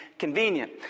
convenient